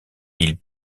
ils